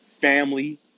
family